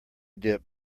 dip